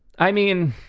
i mean,